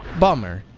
bummer.